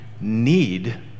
need